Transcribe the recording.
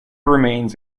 remains